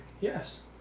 Yes